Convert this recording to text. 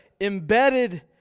embedded